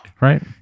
Right